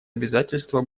обязательства